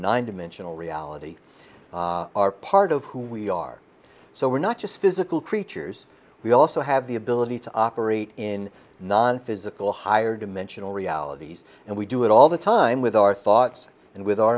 nine dimensional reality are part of who we are so we're not just physical creatures we also have the ability to operate in nonphysical higher dimensional realities and we do it all the time with our thoughts and with our